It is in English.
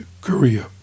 Korea